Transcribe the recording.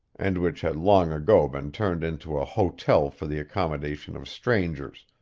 and which had long ago been turned into a hotel for the accommodation of strangers,